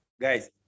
guys